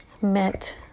met